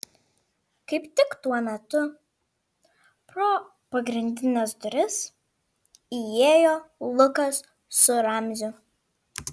kaip tik tuo metu pro pagrindines duris įėjo lukas su ramziu